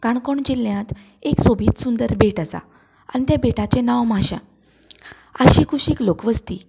काणकोण जिल्ल्यांत एक सोबीत सुंदर भेट आसा आनी त्या भेटाचें नांव माश्यां आशीक कुशीक लोकवस्ती